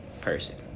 person